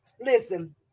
listen